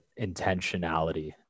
intentionality